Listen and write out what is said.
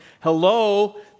hello